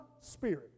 spirit